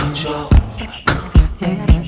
control